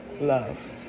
Love